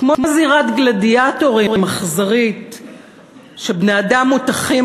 כמו זירת גלדיאטורים אכזרית שבני-אדם מוטחים